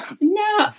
No